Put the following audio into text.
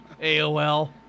AOL